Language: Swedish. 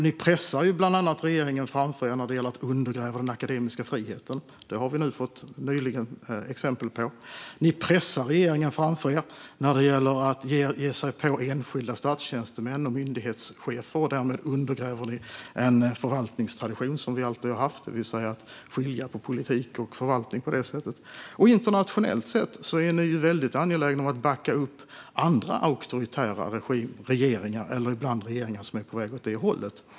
Ni pressar bland annat regeringen framför er när det gäller att undergräva den akademiska friheten; det har vi nyligen fått exempel på. Ni pressar regeringen framför er när det gäller att ge sig på enskilda statstjänstemän och myndighetschefer. Därmed undergräver ni en förvaltningstradition som vi alltid har haft, som handlar om att skilja på politik och förvaltning. Internationellt är ni väldigt angelägna om att backa upp auktoritära regeringar, och ibland regeringar som är på väg åt det hållet.